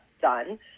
done